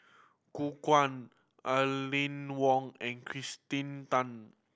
Gu Guan Aline Wong and Kirsten Tan